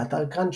באתר Crunchbase